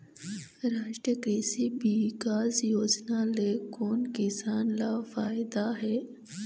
रास्टीय कृषि बिकास योजना ले कोन किसान ल फायदा हे?